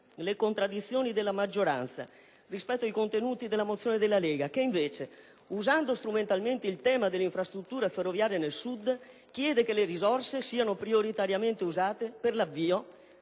le contraddizioni della maggioranza rispetto ai contenuti della mozione presentata dalla Lega che, invece, usando strumentalmente il tema delle infrastrutture ferroviarie nel Sud, chiede che le risorse siano prioritariamente usate per l'avvio